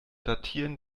datieren